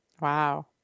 Wow